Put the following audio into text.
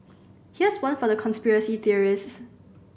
here's one for the conspiracy theorists